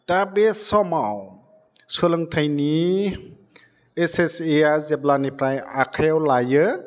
दा बे समाव सोलोंथाइनि एस एस ए आ जेब्लानिफ्राइ आखायाव लायो